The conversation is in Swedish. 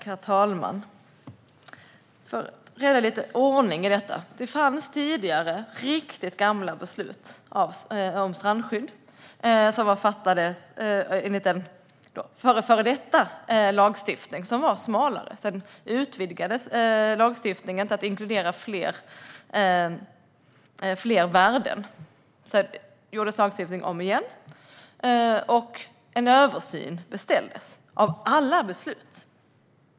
Herr talman! För att reda lite ordning i detta: Det fanns tidigare riktigt gamla beslut om strandskydd som hade fattats enligt den förrförra lagstiftningen, som var smalare. Sedan utvidgades lagstiftningen till att inkludera fler värden. När lagstiftningen gjordes om igen beställdes en översyn av alla beslut.